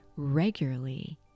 regularly